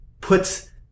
puts